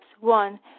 one